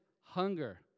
hunger